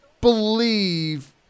believe